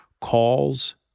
calls